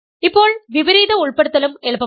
ഇപ്പോൾ വിപരീത ഉൾപ്പെടുത്തലും എളുപ്പമാണ്